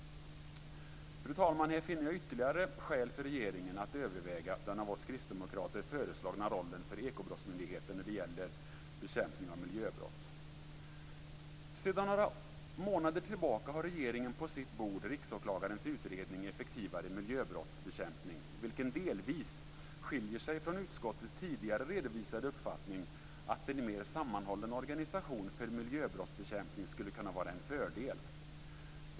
Fru talman! Här finner jag ytterligare skäl för regeringen att överväga den av oss kristdemokrater föreslagna rollen för Ekobrottsmyndigheten när det gäller bekämpning av miljöbrott. Sedan några månader tillbaka har regeringen på sitt bord Riksåklagarens utredning Effektivare miljöbrottsbekämpning, vilken delvis skiljer sig från utskottets tidigare redovisade uppfattning att en mer sammanhållen organisation för miljöbrottsbekämpning skulle kunna vara en fördel.